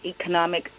economic